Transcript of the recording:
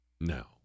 Now